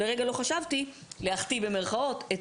לרגע לא חשבתי להחטיא במירכאות.